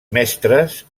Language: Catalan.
mestres